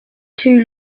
too